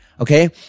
Okay